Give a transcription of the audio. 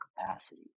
capacity